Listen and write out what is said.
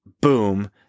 boom